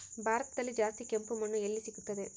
ಭಾರತದಲ್ಲಿ ಜಾಸ್ತಿ ಕೆಂಪು ಮಣ್ಣು ಎಲ್ಲಿ ಸಿಗುತ್ತದೆ?